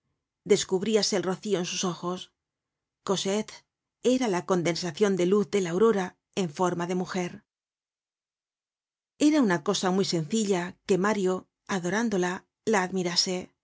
descubríase el rocío en sus ojos cosette era la condensacion de luz de la aurora en forma de mujer era una cosa muy sencilla que mario adorándola la